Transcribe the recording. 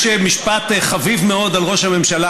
יש משפט חביב מאוד על ראש הממשלה,